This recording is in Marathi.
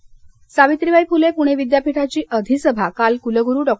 विद्यापीठ सावित्रीबाई फुले पुणे विद्यापीठाची अधिसभा काल कुलगुरू डॉ